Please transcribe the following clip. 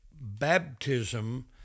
baptism